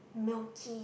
milky